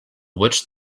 witch